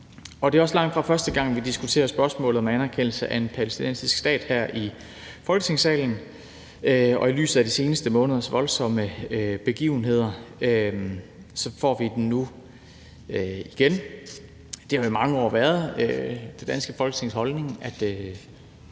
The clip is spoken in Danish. Og det er også langtfra første gang, vi her i Folketingssalen diskuterer spørgsmålet om en anerkendelse af en palæstinensisk stat, og i lyset af de seneste måneders voldsomme begivenheder får vi den nu igen. Det har jo i mange år været det danske Folketings holdning at